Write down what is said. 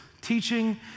teaching